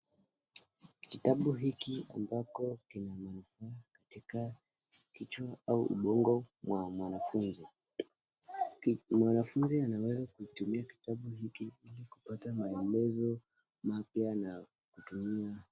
Kitabu hiki ambako kina manufaa katika kichwa au ubongo wa mwanafunzi. Mwanafunzi anaweza kutumia kitabu hiki kupata maelezo mapya na kutumia.